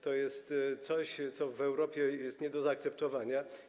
To jest coś, co w Europie jest nie do zaakceptowania.